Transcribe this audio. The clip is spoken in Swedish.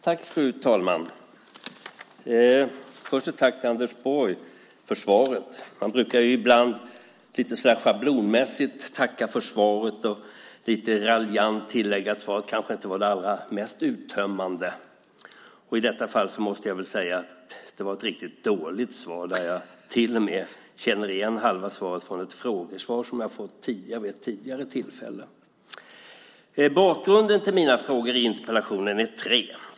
Fru talman! Först ett tack till Anders Borg för svaret. Man brukar ibland schablonmässigt tacka för svaret och lite raljant tillägga att svaret kanske inte var det allra mest uttömmande. I detta fall måste jag säga att det var ett riktigt dåligt svar. Jag känner till och med igen halva svaret från ett frågesvar som jag fått vid ett tidigare tillfälle. Bakgrunden till mina frågor i interpellationen består av tre delar.